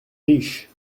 riche